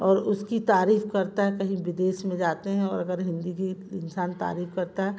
और उसकी तारीफ़ करता है कहीं विदेश में जाते हैं और अगर हिंदी की इंसान तारीफ़ करता है